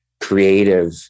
creative